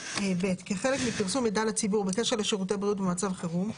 כחלק מפרסום מידע לציבור בקשר לשירותי בריאות במצב חירום,